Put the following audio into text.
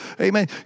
Amen